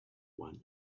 one